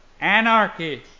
anarchy